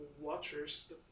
watchers